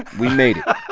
we made ah